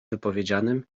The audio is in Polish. wypowiedzianym